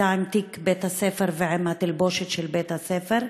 והייתה עם תיק בית-הספר ועם התלבושת של בית-הספר,